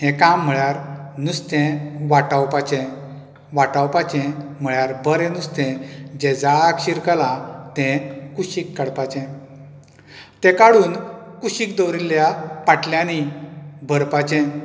हे काम म्हळ्यार नुस्तें वाटावपाचे वाटावपाचे म्हळ्यार बरें नुस्तें जे जाळाक शिरकलां तें कुशीक काडपाचे तें काडून कुशीक दवरिल्ल्या पाटल्यांनी भरपाचे